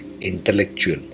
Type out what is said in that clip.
intellectual